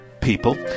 people